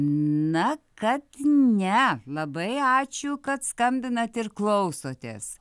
na kad ne labai ačiū kad skambinat ir klausotės